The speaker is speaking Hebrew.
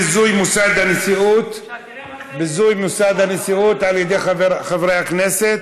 ביזוי מוסד הנשיאות על ידי חברי הכנסת.